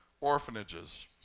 orphanages